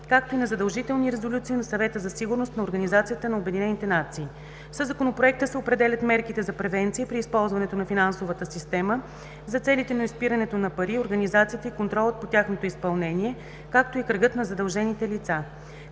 както и на задължителни резолюции на Съвета за сигурност на Организацията на обединените нации. Със Законопроекта се определят мерките за превенция при използването на финансовата система за целите на изпирането на пари, организацията и контролът по тяхното изпълнение, както и кръгът на задължените лица.